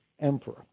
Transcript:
emperor